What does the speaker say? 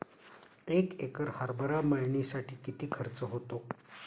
एक एकर हरभरा मळणीसाठी किती खर्च होतो?